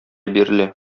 бирелә